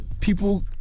people